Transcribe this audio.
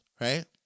right